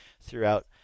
throughout